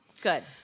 Good